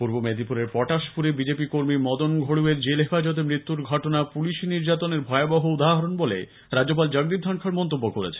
পূর্ব মেদিনীপুরের পটাশপুরের বিজেপি কর্মী মদন ঘোড়ই এর জেল হেফাজতে মৃত্যুর ঘটনা পুলিশি নির্যাতনের ভয়াবহ উদাহরণ বলে রাজ্যপাল জগদীপ ধনখড় মন্তব্য করেছেন